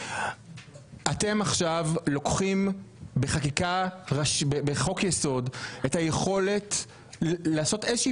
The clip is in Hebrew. אתם עכשיו לוקחים בחוק יסוד את היכולת לעשות איזושהי